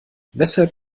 weshalb